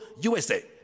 USA